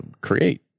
create